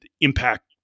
impact